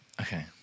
Okay